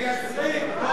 מייצרים.